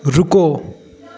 रुको